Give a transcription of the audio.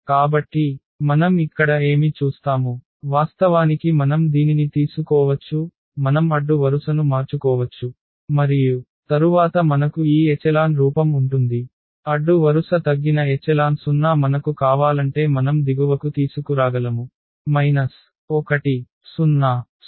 కాబట్టి మనం ఇక్కడ ఏమి చూస్తాము వాస్తవానికి మనం దీనిని తీసుకోవచ్చు మనం అడ్డు వరుసను మార్చుకోవచ్చు మరియు తరువాత మనకు ఈ ఎచెలాన్ రూపం ఉంటుంది అడ్డు వరుస తగ్గిన ఎచెలాన్ 0 మనకు కావాలంటే మనం దిగువకు తీసుకురాగలము